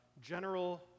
general